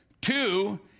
Two